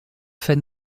fin